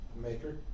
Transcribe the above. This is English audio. Maker